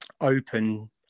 open